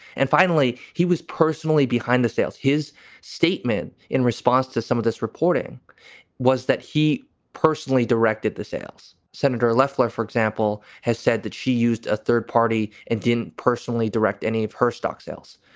and finally, he was personally behind the sales. his statement in response to some of this reporting was that he personally directed the sales. senator lefler, for example, has said that she used a third party and didn't personally direct any of her stock sales.